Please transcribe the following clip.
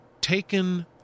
taken